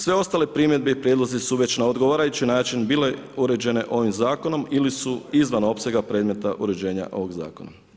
Sve ostale i primjedbe i prijedlozi su već na odgovarajući način bile uređene ovim zakonom ili su izvan opsega predmeta uređenja ovoga zakona.